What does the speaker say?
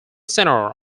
center